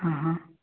हाँ हाँ